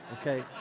okay